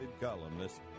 columnist